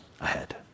ahead